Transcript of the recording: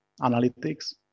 analytics